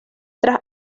tras